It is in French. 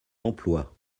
emploi